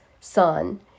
son